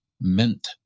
meant